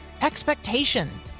expectation